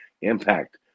Impact